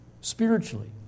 spiritually